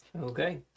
okay